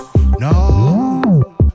No